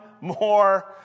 more